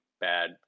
bad